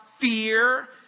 fear